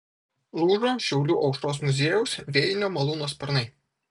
lūžo šiaulių aušros muziejaus vėjinio malūno sparnai